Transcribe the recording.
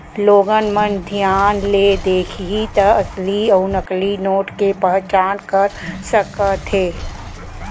लोगन मन धियान ले देखही त असली अउ नकली नोट के पहचान कर सकथे